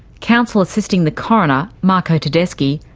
counsel assisting the coroner, marco tedeschi,